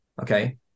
okay